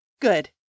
Good